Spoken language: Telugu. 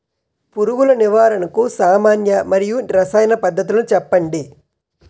పురుగుల నివారణకు సామాన్య మరియు రసాయన పద్దతులను చెప్పండి?